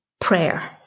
prayer